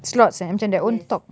slots eh macam their own talk